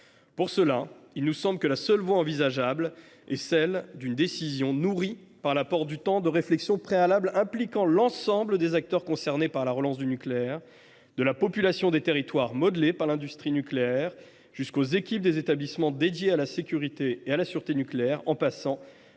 Pour cela, il nous semble que la seule voie envisageable est celle d’une décision nourrie par l’apport d’un temps de réflexion préalable impliquant l’ensemble des acteurs concernés par la relance du nucléaire, de la population des territoires modelés par l’industrie nucléaire jusqu’aux équipes des établissements dédiés à la sécurité et à la sûreté nucléaire, en passant